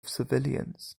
civilians